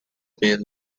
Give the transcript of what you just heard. been